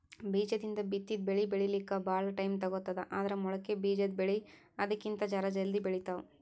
ಬೀಜದಿಂದ್ ಬಿತ್ತಿದ್ ಬೆಳಿ ಬೆಳಿಲಿಕ್ಕ್ ಭಾಳ್ ಟೈಮ್ ತಗೋತದ್ ಆದ್ರ್ ಮೊಳಕೆ ಬಿಜಾದ್ ಬೆಳಿ ಅದಕ್ಕಿಂತ್ ಜರ ಜಲ್ದಿ ಬೆಳಿತಾವ್